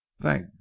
Thank